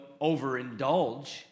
overindulge